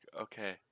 Okay